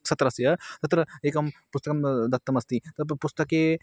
सत्रस्य अत्र एकं पुस्तकं दत्तमस्ति तद् पुस्तके